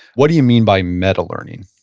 what do you mean by meta learning?